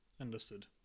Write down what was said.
Understood